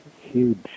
huge